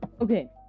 Okay